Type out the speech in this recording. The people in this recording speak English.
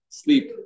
sleep